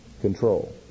Control